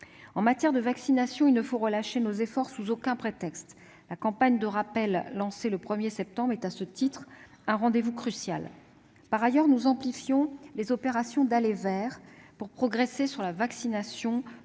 En matière de vaccination, il ne faut relâcher nos efforts sous aucun prétexte. La campagne de rappel, lancée le 1septembre dernier, est à ce titre un rendez-vous crucial. Par ailleurs, nous amplifions les opérations d'« aller vers » pour progresser sur la vaccination